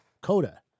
coda